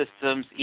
systems